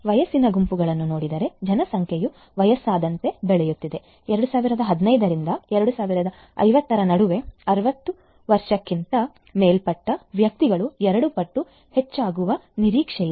ವಯಸ್ಸಿನ ಗುಂಪುಗಳನ್ನು ನೋಡಿದರೆ ಜನಸಂಖ್ಯೆಯು ವಯಸ್ಸಾದಂತೆ ಬೆಳೆಯುತ್ತಿದೆ 2017 ರಿಂದ 2050 ರ ನಡುವೆ 60 ವರ್ಷಕ್ಕಿಂತ ಮೇಲ್ಪಟ್ಟ ವ್ಯಕ್ತಿಗಳು ಎರಡು ಪಟ್ಟು ಹೆಚ್ಚಾಗುವ ನಿರೀಕ್ಷೆಯಿದೆ